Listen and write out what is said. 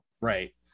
Right